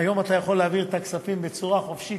היום אתה יכול להעביר את הכספים בצורה חופשית